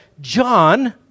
John